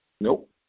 nope